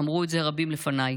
אמרו את זה רבים לפניי.